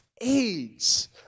aids